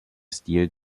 stil